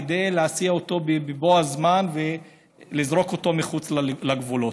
כדי להסיע אותו בבוא הזמן ולזרוק אותו מחוץ לגבולות.